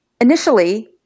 initially